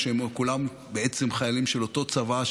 או שהם כולם בעצם חיילים של אותו צבא,